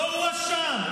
לא הואשם,